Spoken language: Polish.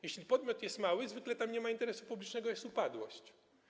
Jeśli podmiot jest mały, zwykle tam nie ma interesu publicznego, jest upadłość.